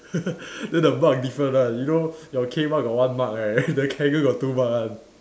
then the mark different one you know your cane one got one mark right then hanger got two mark one